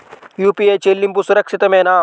UPI చెల్లింపు సురక్షితమేనా?